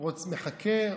בחוץ מחכה.